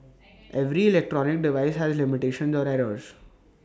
every electronic device has limitations or errors